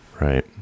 Right